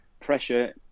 pressure